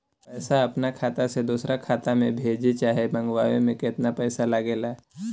पैसा अपना खाता से दोसरा खाता मे भेजे चाहे मंगवावे में केतना पैसा लागेला?